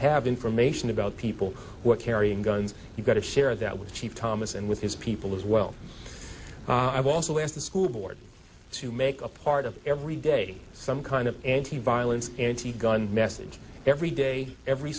have information about people who are carrying guns you got to share that with chief thomas and with his people as well i've also asked the school board to make a part of every day some kind of antiviolence anti gun message every day every